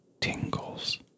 tingles